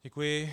Děkuji.